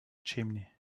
chimney